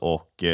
Och